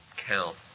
count